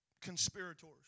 conspirators